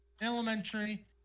Elementary